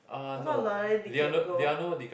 I thought Leonardo-DiCaprio